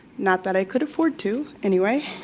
not that i could afford to, anyway.